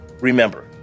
Remember